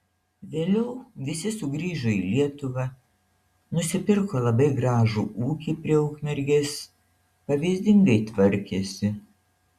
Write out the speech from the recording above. vėliau visi sugrįžo į lietuvą nusipirko labai gražų ūkį prie ukmergės pavyzdingai tvarkėsi